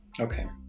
Okay